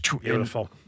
Beautiful